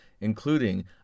including